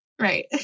Right